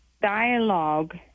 dialogue